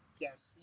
Yes